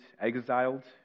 exiled